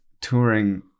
touring